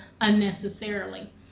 unnecessarily